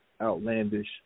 outlandish